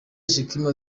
shekinah